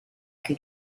che